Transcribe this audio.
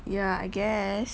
ya I guess